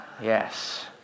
Yes